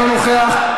אינו נוכח,